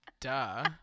duh